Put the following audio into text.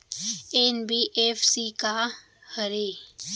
NBFC का हरे?